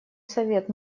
совет